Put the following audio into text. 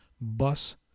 Bus